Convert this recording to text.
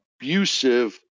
abusive